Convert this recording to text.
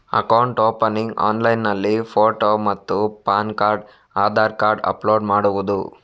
Account opening ಆನ್ಲೈನ್ನಲ್ಲಿ photo ಮತ್ತು PAN card Aadhaar card upload ಮಾಡುವುದು?